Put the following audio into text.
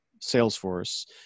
Salesforce